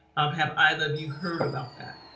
um have either of you heard about that.